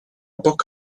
bok